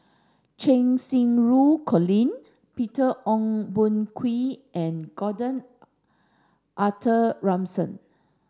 Cheng Xinru Colin Peter Ong Boon Kwee and Gordon Arthur Ransome